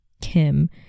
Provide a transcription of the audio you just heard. Kim